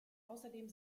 außerdem